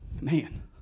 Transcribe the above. Man